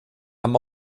haben